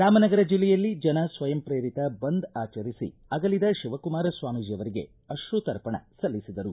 ರಾಮನಗರ ಜಿಲ್ಲೆಯಲ್ಲಿ ಜನ ಸ್ವಯಂ ಪ್ರೇರಿತ ಬಂದ್ ಆಚರಿಸಿ ಅಗಲಿದ ಶಿವಕುಮಾರ ಸ್ವಾಮೀಜಿ ಅವರಿಗೆ ಅಪ್ರುತರ್ಪಣ ಸಲ್ಲಿಸಿದರು